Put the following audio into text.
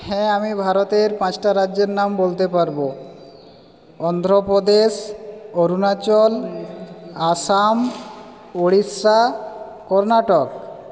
হ্যাঁ আমি ভারতের পাঁচটা রাজ্যের নাম বলতে পারবো অন্ধ্রপ্রদেশ অরুণাচল আসাম উড়িষ্যা কর্ণাটক